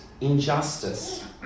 injustice